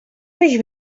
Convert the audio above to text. peix